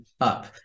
up